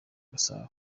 gasabo